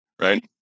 right